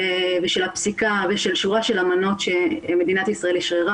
יש קושי אמיתי עם התפיסה הזאת.